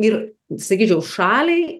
ir sakyčiau šaliai